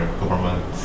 government